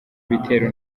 ibitero